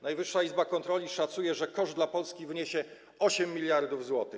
Najwyższa Izba Kontroli szacuje, że koszt dla Polski wyniesie 8 mld zł.